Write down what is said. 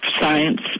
Science